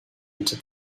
into